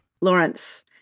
Lawrence